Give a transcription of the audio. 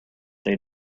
they